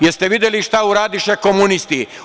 Jeste li videli šta uradiše komunisti?